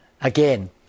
Again